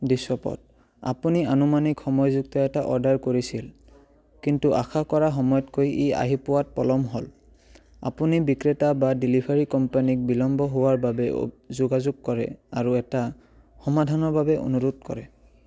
দৃশ্যপদ আপুনি আনুমানিক সময়যুক্ত এটা অৰ্ডাৰ কৰিছিল কিন্তু আশা কৰা সময়তকৈ ই আহি পোৱাত পলম হ'ল আপুনি বিক্ৰেতা বা ডেলিভাৰী কোম্পানীক বিলম্ব হোৱাৰ বাবে যোগাযোগ কৰে আৰু এটা সমাধানৰ বাবে অনুৰোধ কৰে